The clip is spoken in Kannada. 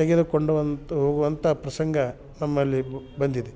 ತೆಗೆದುಕೊಂಡುವಂಥ ಹೋಗುವಂಥ ಪ್ರಸಂಗ ನಮ್ಮಲ್ಲಿ ಬಂದಿದೆ